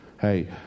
Hey